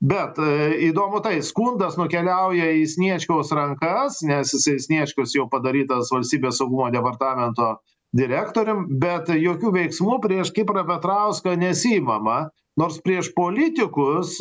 bet įdomu tai skundas nukeliauja į sniečkaus rankas nes jisai sniečkus jau padarytas valstybės saugumo departamento direktorium bet jokių veiksmų prieš kiprą petrauską nesiimama nors prieš politikus